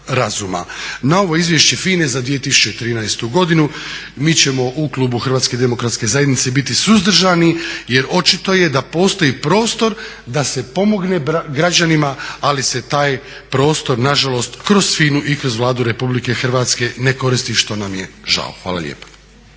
Na ovo izvješće FINA-e za 2013.godinu mi ćemo u klubu HDZ-a biti suzdržani jer očito je da postoji prostor da se pomogne građanima, ali se taj prostor nažalost kroz FINA-u i kroz Vladu RH ne koristi, što nam je žao. Hvala lijepa.